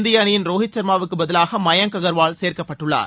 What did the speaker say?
இந்திய அணியின் ரோகித் சர்மாவுக்கு பதிலாக மயனக் அகர்வால் சேர்க்கப்பட்டுள்ளார்